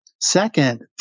Second